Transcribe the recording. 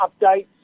updates